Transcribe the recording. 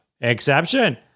exception